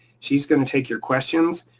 she's gonna take your questions.